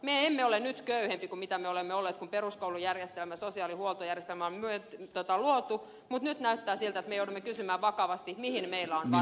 me emme ole nyt köyhempiä kuin mitä me olemme olleet kun peruskoulujärjestelmä sosiaalihuoltojärjestelmä on luotu mutta nyt näyttää siltä että me joudumme kysymään vakavasti mihin meillä on varaa